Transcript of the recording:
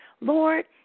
Lord